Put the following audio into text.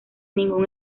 ningún